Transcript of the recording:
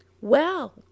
Well